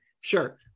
Sure